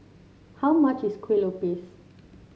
how much is Kue Lupis